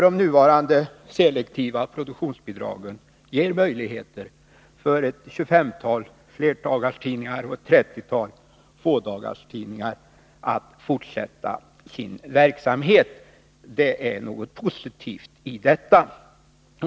De nuvarande selektiva produktionsbidragen ger möjligheter för ett tjugofemtal flerdagarstidningar och ett trettiotal fådagarstidningar att fortsätta sin verksamhet. Det ligger någonting positivt i detta.